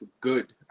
good